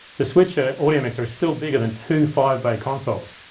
the switcher audio mixer is still bigger than two five bay consoles,